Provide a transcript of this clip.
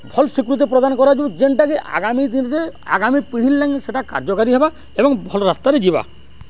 ଭଲ୍ ସ୍ୱୀକୃତି ପ୍ରଦାନ୍ କରାଯାଉ ଯେନ୍ଟାକି ଆଗାମୀ ଦିନରେ ଆଗାମୀ ପିଢ଼ି ଲାଗି ସେଟା କାର୍ଯ୍ୟକାରୀ ହେବା ଏବଂ ଭଲ୍ ରାସ୍ତାରେ ଯିବା